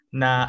na